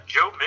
Joe